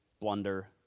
blunder